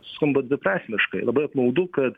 skamba dviprasmiškai labai apmaudu kad